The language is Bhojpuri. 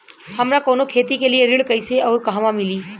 हमरा कवनो खेती के लिये ऋण कइसे अउर कहवा मिली?